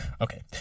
Okay